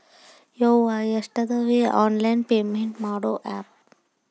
ಯವ್ವಾ ಎಷ್ಟಾದವೇ online payment ಮಾಡೋ ಆಪ್